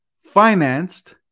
financed